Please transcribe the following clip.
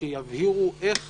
שיבהירו איך